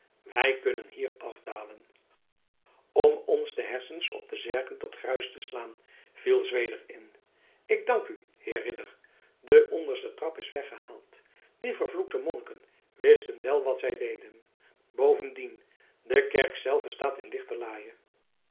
wij kunnen hier afdalen om ons de hersens op de zerken tot gruis te slaan viel zweder in ik dank u heer ridder de onderste trap is weggehaald die vervloekte monniken wisten wel wat zij deden bovendien de kerk zelve staat in lichterlaaie